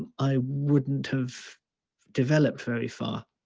i wouldn't have developed very far.